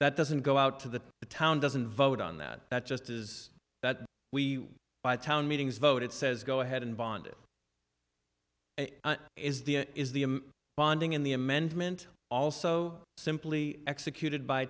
that doesn't go out to the town doesn't vote on that it just is that we buy town meetings vote it says go ahead and bond it is the is the bonding in the amendment also simply executed by